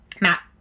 Matt